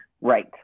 Right